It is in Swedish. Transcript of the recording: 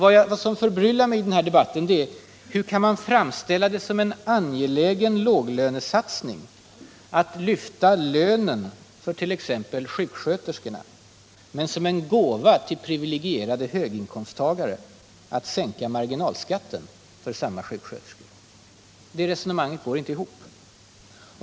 Vad som förbryllar mig i den här debatten är hur man kan framställa det som en angelägen låglönesatsning att lyfta lönen för t.ex. sjuksköterskorna men som en gåva till privilegierade höginkomsttagare att sänka marginalskatten för samma sjuksköterskor. Det resonemanget går inte ihop.